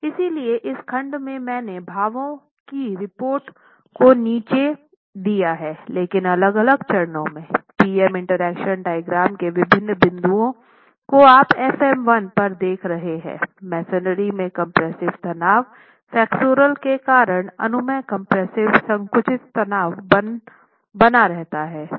इसलिए इस खंड में मैंने भावों की रिपोर्ट को नीचे दिया है लेकिन अलग अलग चरणों में पी एम इंटरेक्शन डायग्राम के विभिन्न बिंदुओं को आप fm1 पर देख रहे हैं मेसनरी में कम्प्रेस्सिव तनाव फ्लेक्सुरल के कारण अनुमेय कम्प्रेस्सिव संकुचित तनाव बना रहता है